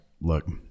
look